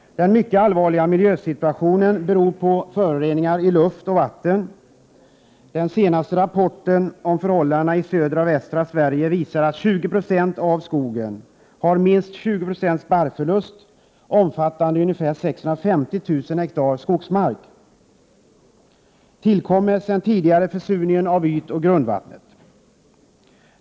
Den mycket allvarliga miljösituationen beror på föroreningar i luft och vatten. Den senaste rapporten om förhållandena i södra och västra Sverige visar att 20 20 av skogen drabbats av minst 20 26 barrförlust — 650 000 ha skogsmark. Dessutom tillkommer sedan tidigare försurning av ytoch grundvatten.